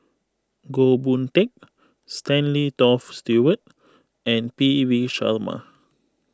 Goh Boon Teck Stanley Toft Stewart and P V Sharma